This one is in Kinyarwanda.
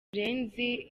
murenzi